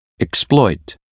exploit